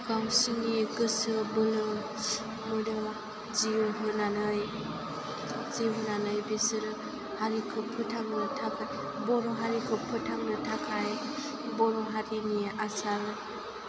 गावसिनि गोसो बोलो मोदोम जिउ होनानै जिउ होनानै बिसोरो हारिखौ फोथांनो थाखाय बर' हारिखौ फोथांनो थाखाय बर'हारिनि आसार